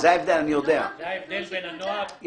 עבד אל חכים חאג' יחיא (הרשימה המשותפת):